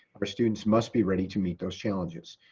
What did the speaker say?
our students must be ready to meet those challenges.